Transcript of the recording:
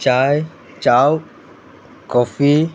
चाय चाव कॉफी